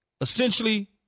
essentially